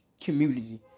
community